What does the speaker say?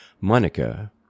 MONICA